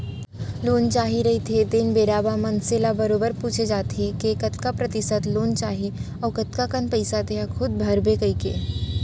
loan चाही रहिथे तेन बेरा म मनसे ल बरोबर पूछे जाथे के कतका परतिसत लोन चाही अउ कतका कन पइसा तेंहा खूद भरबे कहिके